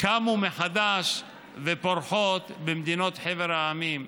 קמו מחדש ופורחות במדינות חבר העמים,